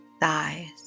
thighs